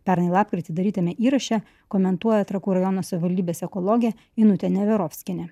pernai lapkritį darytame įraše komentuoja trakų rajono savivaldybės ekologė inutė neverovskienė